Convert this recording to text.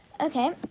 Okay